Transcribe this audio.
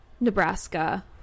Nebraska